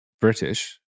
British